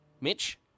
Mitch